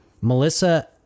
Melissa